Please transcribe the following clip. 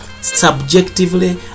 subjectively